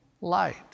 light